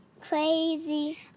crazy